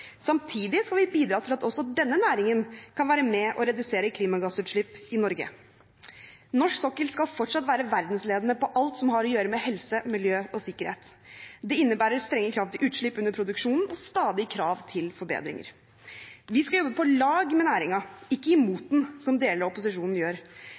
Samtidig skal vi bidra til at også denne næringen kan være med og redusere klimagassutslipp i Norge. Norsk sokkel skal fortsatt være verdensledende innen alt som har med helse, miljø og sikkerhet å gjøre. Det innebærer strenge krav til utslipp under produksjonen og stadige krav til forbedringer. Vi skal jobbe på lag med næringen, ikke imot den, slik som deler av opposisjonen gjør.